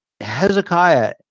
Hezekiah